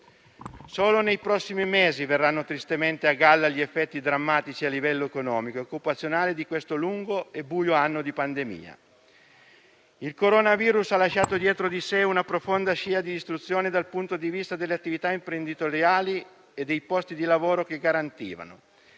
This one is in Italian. Solo nei prossimi mesi verranno tristemente a galla gli effetti drammatici a livello economico e occupazionale di questo lungo e buio anno di pandemia. Il coronavirus ha lasciato dietro di sé una profonda scia di distruzione dal punto di vista delle attività imprenditoriali e dei posti di lavoro che garantivano;